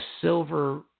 silver